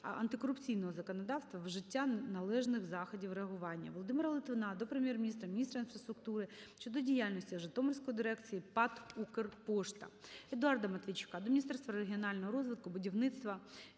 антикорупційного законодавства, вжиття належних заходів реагування. Володимира Литвина до Прем'єр-міністра, міністра інфраструктури щодо діяльності Житомирської дирекції ПАТ "Укрпошта". Едуарда Матвійчука до Міністерства регіонального розвитку, будівництва,